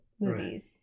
movies